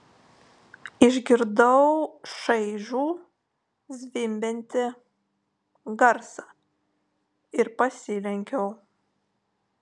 išgirdau šaižų zvimbiantį garsą ir pasilenkiau